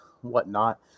whatnot